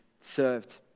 served